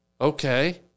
Okay